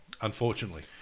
Unfortunately